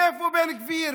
מאיפה בן גביר?